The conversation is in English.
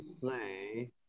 play